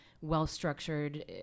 well-structured